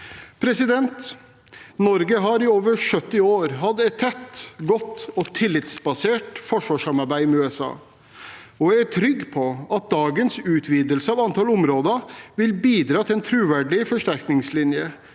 områdene. Norge har i over 70 år hatt et tett, godt og tillitsbasert forsvarssamarbeid med USA, og jeg er trygg på at dagens utvidelse av antall områder vil bidra til en troverdig forsterkningslinje,